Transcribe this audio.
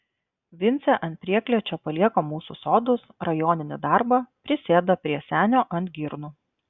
vincė ant prieklėčio palieka mūsų sodus rajoninį darbą prisėda prie senio ant girnų